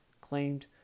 claimed